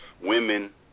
Women